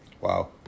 Wow